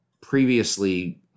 previously